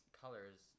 colors